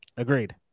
agreed